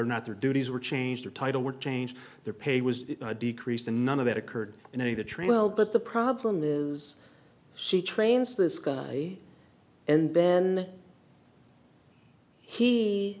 or not their duties were changed or title were changed their pay was decreased and none of that occurred in any of the trail but the problem is she trains this guy and then he